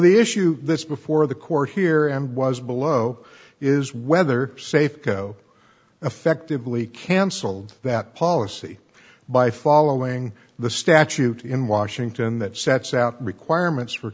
the issue this before the court here and was below is whether safeco effectively cancelled that policy by following the statute in washington that sets out requirements for